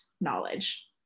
knowledge